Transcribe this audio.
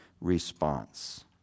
response